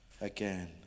again